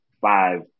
five